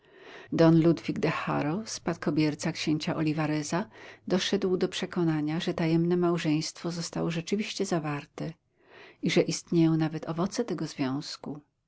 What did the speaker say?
de haro spadkobierca księcia olivareza doszedł do przekonania że tajemne małżeństwo zostało rzeczywiście zawarte i że istnieją nawet owoce tego związku